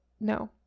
no